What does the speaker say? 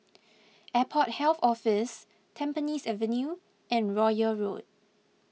Airport Health Office Tampines Avenue and Royal Road